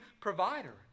provider